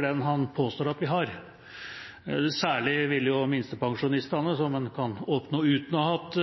den han påstår at vi har. Særlig vil jo de med minstepensjon, som en kan oppnå uten å ha hatt